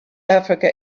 africa